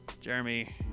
Jeremy